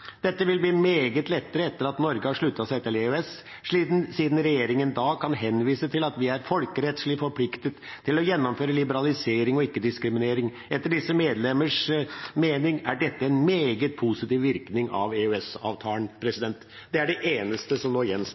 Dette vil bli meget lettere efter at Norge har sluttet seg til EØS, siden regjeringen da kan henvise til at vi er folkerettslig forpliktet til å gjennomføre liberalisering og ikke-diskriminering. Efter disse medlemmers mening er dette en meget positiv virkning av EØS.» Det er det eneste som